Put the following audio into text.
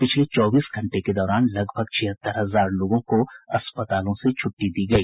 पिछले चौबीस घंटे के दौरान लगभग छिहत्तर हजार लोगों को अस्पतालों से छुट्टी दी गई